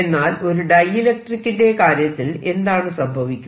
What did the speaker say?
എന്നാൽ ഒരു ഡൈഇലക്ട്രിക്കിന്റെ കാര്യത്തിൽ എന്താണ് സംഭവിക്കുക